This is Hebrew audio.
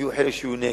יהיו חלק שיהיו נגד,